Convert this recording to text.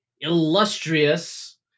illustrious